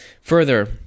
Further